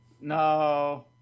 No